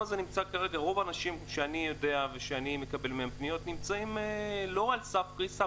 רוב האנשים שאני מקבל מהם פניות לא נמצאים על סף קריסה,